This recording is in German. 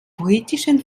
britischen